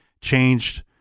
changed